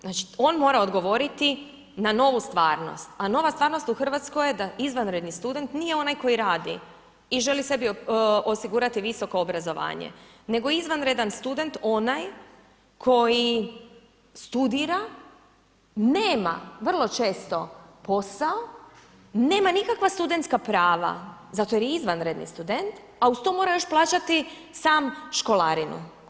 Znači on mora odgovoriti na novu stvarnost a nova stvarnost u Hrvatskoj je da izvanredni student nije onaj koji radi i želi sebi osigurati visoko obrazovanje nego izvanredan student onaj koji studira, nema vrlo često posao, nema nikakva studentska prava zato jer je izvanredni student a uz to mora još plaćati sam školarinu.